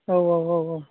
औ औ औ औ